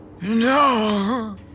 No